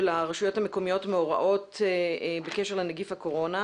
הרשויות המקומיות מהוראות בקשר לנגיף הקורונה,